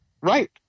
Right